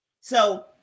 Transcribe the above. So-